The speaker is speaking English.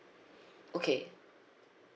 okay